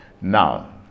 Now